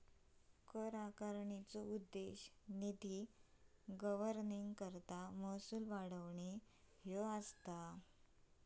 कर आकारणीचो उद्देश निधी गव्हर्निंगकरता महसूल वाढवणे ह्या असा